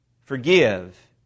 Forgive